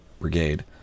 Brigade